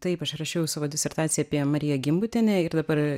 taip aš rašiau savo disertaciją apie mariją gimbutienę ir dabar